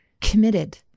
committed